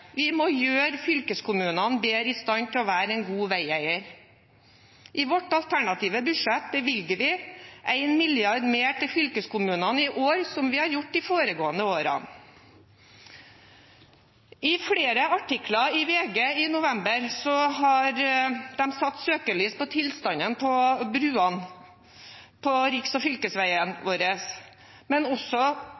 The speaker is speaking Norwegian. Vi må gjøre fylkeskommunene bedre i stand til å være gode veieiere. I vårt alternative budsjett bevilger vi 1 mrd. kr mer til fylkeskommunene i år – som vi har gjort de foregående årene. Flere artikler i VG i november har satt søkelys på tilstanden på broene på riks- og fylkesveiene